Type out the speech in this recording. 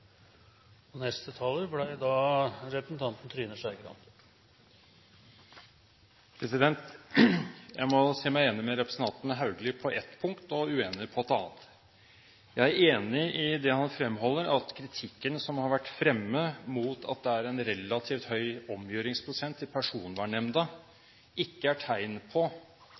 og uenig på et annet. Jeg er enig i det han fremholder, at kritikken som har vært fremme mot at det er en relativt høy omgjøringsprosent i Personvernnemnda, ikke er tegn på